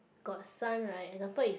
got sun right example if